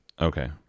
Okay